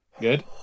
Good